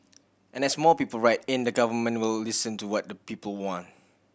and as more people write in the Government will listen to what the people want